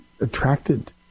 attracted